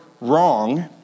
wrong